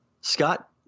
Scott